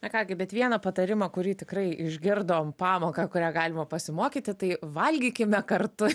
na ką gi bet vieną patarimą kurį tikrai išgirdom pamoką kurią galima pasimokyti tai valgykime kartu